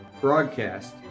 Broadcast